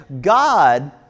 God